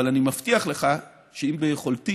אבל אני מבטיח לך שאם ביכולתי